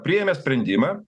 priėmė sprendimą